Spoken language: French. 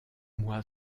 moi